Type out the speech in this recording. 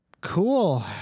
cool